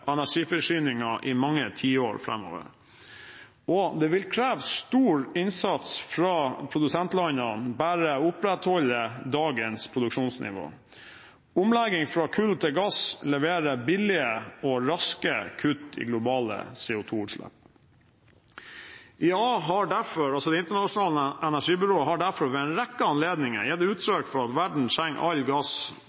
i mange tiår framover, og det vil kreve stor innsats fra produsentlandene bare å opprettholde dagens produksjonsnivå, omlegging fra kull til gass, og å levere billige og raske kutt i globale CO2-utslipp. Det internasjonale energibyrået har derfor ved en rekke anledninger gitt